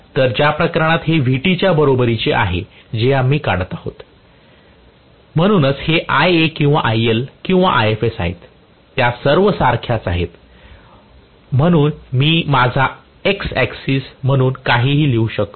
तर ज्या प्रकरणात हे Vt च्या बरोबरीचे आहे जे आम्ही काढत आहोत असलेल्या म्हणूनच हे Ia किंवा IL किंवा Ifsआहेत त्या सर्व सारख्याच आहेत म्हणून मी माझा एक्स अक्सिस म्हणून काहीही लिहू शकतो